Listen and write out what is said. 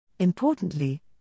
Importantly